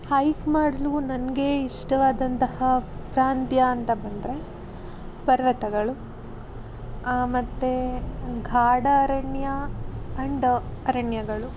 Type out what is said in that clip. hike ಮಾಡಲು ನನಗೆ ಇಷ್ಟವಾದಂತಹ ಪ್ರಾಂತ್ಯ ಅಂತ ಬಂದರೆ ಪರ್ವತಗಳು ಮತ್ತು ಗಾಢಾರಣ್ಯ ಆ್ಯಂಡ್ ಅರಣ್ಯಗಳು